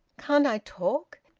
can't i talk?